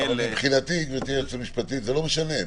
מבחינתי זה לא משנה,